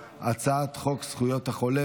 אני קובע כי הצעת חוק כליאתם של לוחמים